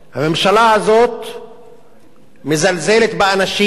הממשלה הזאת מזלזלת באנשים,